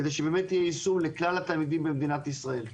כדי שיהיה יישום לכלל התלמידים במדינת ישראל.